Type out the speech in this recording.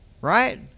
Right